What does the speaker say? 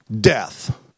death